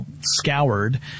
scoured